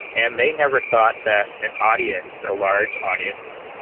and they never thought that an audience, a large audience,